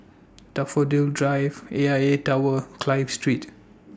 Daffodil Drive A I A Tower Clive Street